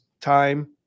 time